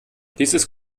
dieses